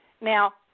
Now